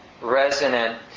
resonant